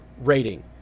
rating